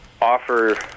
Offer